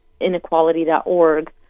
inequality.org